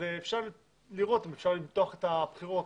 אפשר לראות אם אפשר למתוח את הבחירות,